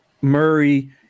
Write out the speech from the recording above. Murray